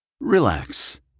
Relax